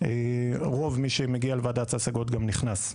רוב מי שמגיע לוועדת ההשגות גם נכנס.